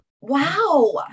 Wow